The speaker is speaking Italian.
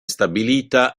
stabilita